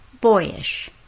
Boyish